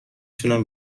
تونم